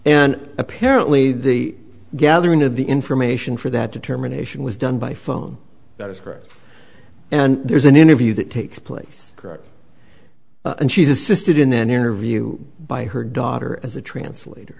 and apparently the gathering of the information for that determination was done by phone that is correct and there's an interview that takes place and she's assisted in then interview by her daughter as a translator